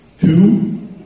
Two